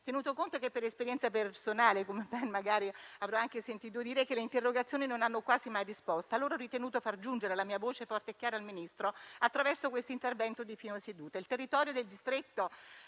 Tenuto conto che, per esperienza personale - come magari avrà anche sentito dire - le interrogazioni non hanno quasi mai risposta, ho ritenuto di far giungere la mia voce forte e chiara al Ministro attraverso questo intervento di fine seduta.